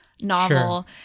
novel